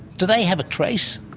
do they have a trace?